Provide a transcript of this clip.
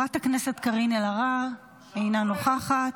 יישר כוח.